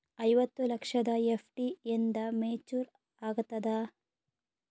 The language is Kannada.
ಐವತ್ತು ಲಕ್ಷದ ಎಫ್.ಡಿ ಎಂದ ಮೇಚುರ್ ಆಗತದ?